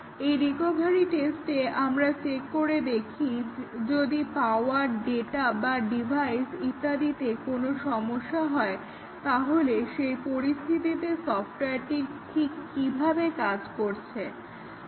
এই রিকভারি টেস্টে আমরা চেক করে দেখি যদি পাওয়ার ডাটা বা ডিভাইস ইত্যাদিতে কোনো সমস্যা হয় তাহলে সেই পরিস্থিতিতে সফটওয়্যারটি ঠিকভাবে কাজ করছে কিনা